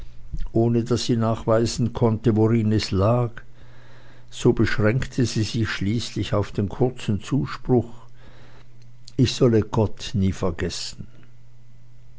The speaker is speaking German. ohne daß sie nachweisen konnte worin es lag so beschränkte sie sich schließlich auf den kurzen zuspruch ich solle gott nie vergessen